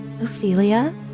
Ophelia